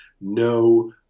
no